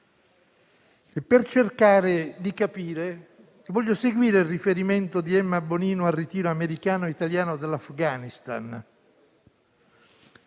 Per cercare di capire, voglio seguire il riferimento di Emma Bonino al ritiro americano e italiano dall'Afghanistan